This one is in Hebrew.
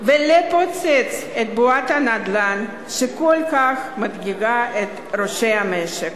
ולפוצץ את בועת הנדל"ן שכל כך מדאיגה את ראשי המשק.